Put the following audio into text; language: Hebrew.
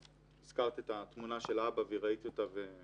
והזכרת את התמונה של האבא וראיתי אותה,